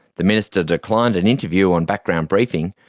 the minister declined an interview on background briefing,